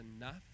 enough